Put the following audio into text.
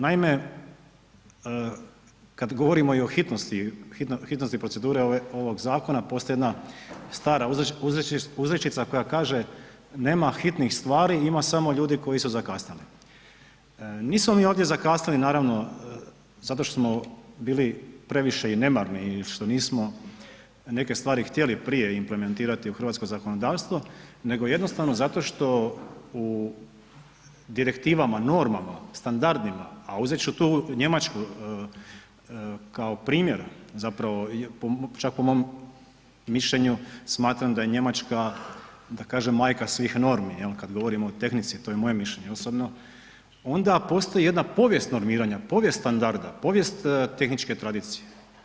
Naime, kad govorimo o hitnosti, hitnosti procedure ovog zakona postoji jedna stara uzrečica koja kaže „nema hitnih stvari, ima samo ljudi koji su zakasnili“, nismo mi ovdje zakasnili naravno zato što smo bili previše i nemarni i što nismo neke stvari htjeli prije implementirati u hrvatsko zakonodavstvo nego jednostavno zato što u direktivama, normama, standardima, a uzet ću tu Njemačku kao primjer, zapravo čak po mom mišljenju smatram da je Njemačka majka svih normi, jel kad govorimo o tehnici to je moje mišljenje osobno, onda postoji jedna povijest normiranja, povijest standarda, povijest tehničke tradicije.